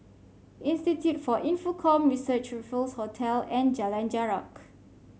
Institute for Infocomm Research Raffles Hotel and Jalan Jarak